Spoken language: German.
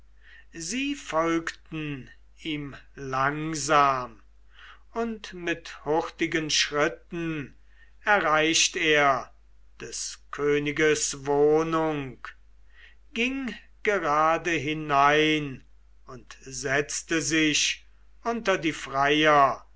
sie folgten ihm langsam und mit hurtigen schritten erreicht er des königes wohnung ging gerade hinein und setzte sich unter die freier